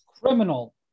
Criminal